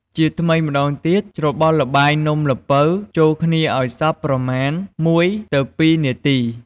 ជាថ្មីម្ដងទៀត ច្របល់ល្បាយនំល្ពៅចូលគ្នាឱ្យសព្វប្រមាណ ១ទៅ២ នាទី។